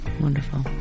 Wonderful